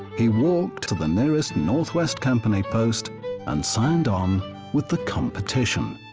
he walked to the nearest north west company post and signed on with the competition.